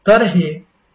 V Vmej∅Vm∠∅ आहे